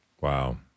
Wow